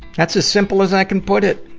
that's a simple as i can put it!